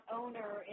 owner